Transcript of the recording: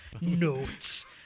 Notes